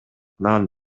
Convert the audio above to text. нан